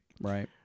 Right